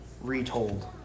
retold